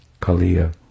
Kaliya